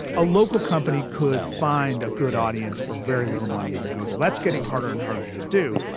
a local company could find a good audience for very little money on google. that's getting harder and harder to do.